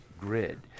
grid